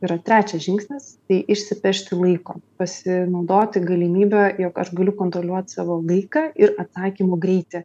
yra trečias žingsnis tai išsipešti laiko pasinaudoti galimybe jog aš galiu kontroliuot savo laiką ir atsakymų greitį